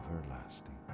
everlasting